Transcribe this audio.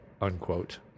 unquote